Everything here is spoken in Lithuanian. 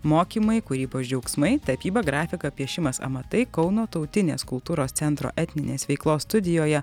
mokymai kūrybos džiaugsmai tapyba grafika piešimas amatai kauno tautinės kultūros centro etninės veiklos studijoje